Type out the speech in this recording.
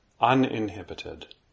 uninhibited